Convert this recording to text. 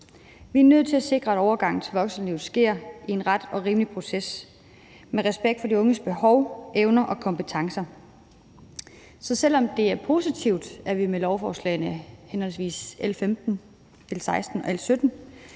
Vi er nødt til at sikre, at overgangen til voksenlivet sker i en ret og rimelig proces med respekt for de unges behov, evner og kompetencer. Så selv om det er positivt, at vi med lovforslagene, henholdsvis L 15, L 16 og L